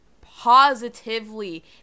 positively